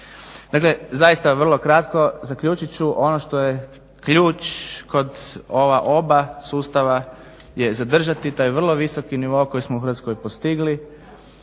Dakle, zaista vrlo kratko zaključit ću ono što je ključ kod ova oba sustava je zadržati taj vrlo visoki nivo koji smo u Hrvatskoj postigli,